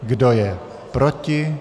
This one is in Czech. Kdo je proti?